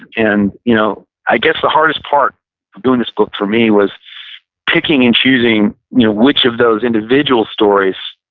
and you know i guess the hardest part of doing this book for me, was picking and choosing which of those individual stories,